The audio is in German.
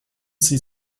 sie